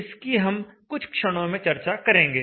इसकी हम कुछ क्षणों में चर्चा करेंगे